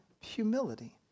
humility